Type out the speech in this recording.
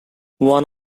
one